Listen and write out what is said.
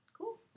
Cool